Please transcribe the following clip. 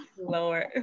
Lord